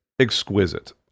Exquisite